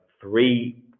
three